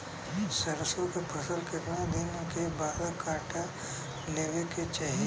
सरसो के फसल कितना दिन के बाद काट लेवे के चाही?